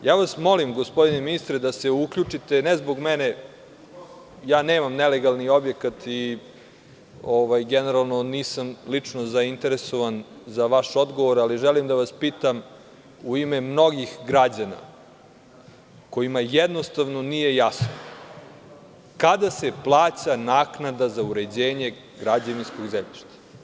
Molim vas, gospodine ministre, da se uključite, ne zbog mene, ja nemam nelegalni objekat i generalno nisam lično zainteresovan za vaš odgovor, ali želim da vas pitam u ime mnogih građana kojima jednostavno nije jasno – kada se plaća naknada za uređenje građevinskog zemljišta?